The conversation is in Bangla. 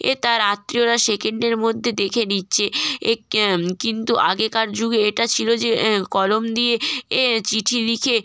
এ তার আত্মীয়রা সেকেন্ডের মধ্যে দেখে নিচ্ছে এ কে কিন্তু আগেকার যুগে এটা ছিলো যে কলম দিয়ে এ চিঠি লিখে